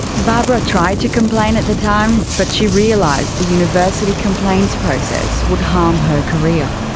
barbara tried to complain at the time, but she realised the university complaints process would harm her career.